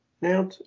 now